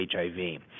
HIV